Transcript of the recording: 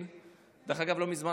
דרך אגב, לא מזמן שוחחתי איתו